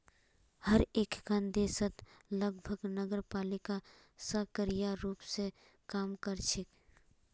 हर एकखन देशत लगभग नगरपालिका सक्रिय रूप स काम कर छेक